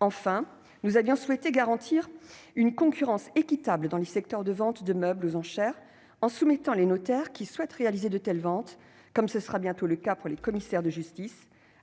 Enfin, nous avions souhaité garantir une concurrence équitable dans le secteur des ventes de meubles aux enchères, en soumettant les notaires qui souhaitent réaliser de telles ventes, comme ce sera bientôt le cas pour les commissaires de justice,